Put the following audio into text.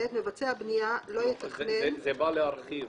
זה בא להרחיב.